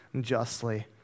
justly